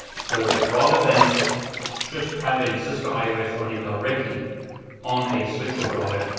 so rather than just having cisco ios running directly on a switch or router,